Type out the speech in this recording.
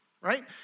Right